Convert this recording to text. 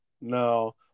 No